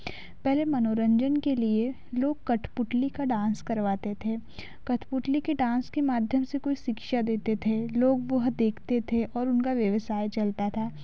पहले मनोरंजन के लिए लोग कठपुतली का डांस करवाते थे कठपुतली की डांस के माध्यम से कोई कोई शिक्षा देते थे लोग वह देखते थे और उनका व्यवसाय चलता था